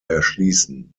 erschließen